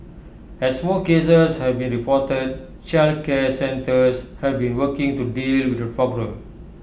as more cases have been reported childcare centres have been working to deal with the problem